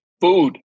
food